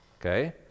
Okay